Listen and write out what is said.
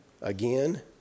again